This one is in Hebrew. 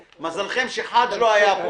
מזלכם שחאג' לא היה פה,